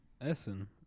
Essen